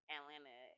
Atlanta